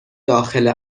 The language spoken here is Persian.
داخل